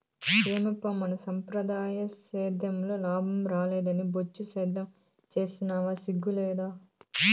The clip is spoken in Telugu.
ఏమప్పా మన సంప్రదాయ సేద్యంలో లాభం రాలేదని బొచ్చు సేద్యం సేస్తివా సిగ్గు లేదూ